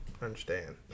Understand